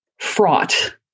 fraught